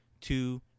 Two